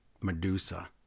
Medusa